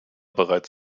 bereits